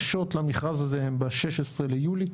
הגשות למכרז הזה הן ב-16 ביולי.